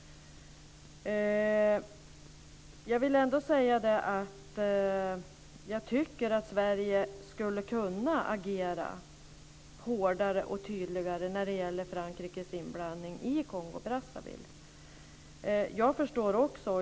Jag vill ändå säga att jag tycker att Sverige skulle kunna agera hårdare och tydligare när det gäller Frankrikes inblandning i Kongo-Brazzaville.